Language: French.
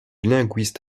linguiste